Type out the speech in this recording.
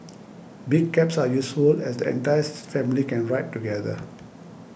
big cabs are useful as the entire family can ride together